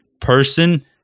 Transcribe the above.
person